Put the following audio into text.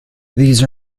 these